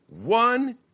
One